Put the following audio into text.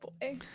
boy